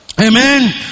Amen